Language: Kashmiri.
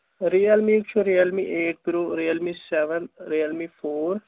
رِیَل می چھُ Realme eight pro Realme seven Realme four